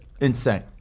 insane